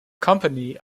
company